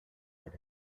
del